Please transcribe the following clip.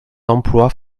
emplois